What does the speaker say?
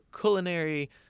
culinary